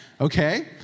Okay